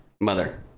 Mother